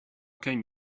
came